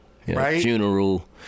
funeral